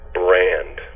brand